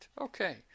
Okay